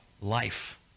life